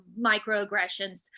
microaggressions